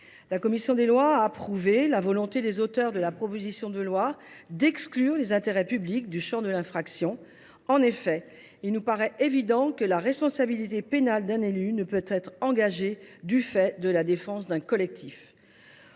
La commission des lois a approuvé la volonté des auteurs de la proposition de loi d’exclure les intérêts publics du champ de l’infraction. En effet, il nous paraît évident que la responsabilité pénale d’un élu ne peut pas être engagée du fait de la défense d’un collectif.